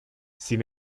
sin